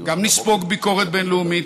גם נספוג ביקורת בין-לאומית,